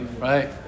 right